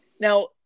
Now